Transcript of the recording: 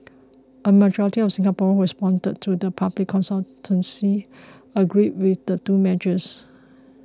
a majority of Singaporeans who responded to the public consultation agreed with the two measures